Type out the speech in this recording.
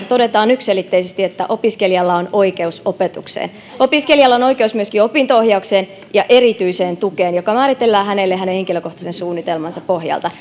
todetaan yksiselitteisesti että opiskelijalla on oikeus opetukseen opiskelijalla on oikeus myöskin opinto ohjaukseen ja erityiseen tukeen joka määritellään hänelle hänen henkilökohtaisen suunnitelmansa pohjalta